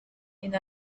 and